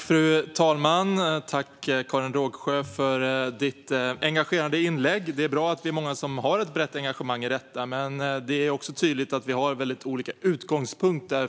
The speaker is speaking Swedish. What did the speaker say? Fru talman! Tack, Karin Rågsjö, för ditt engagerande inlägg! Det är bra att vi är många som har ett brett engagemang i detta, men det är också tydligt att vi har olika utgångspunkter